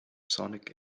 sonic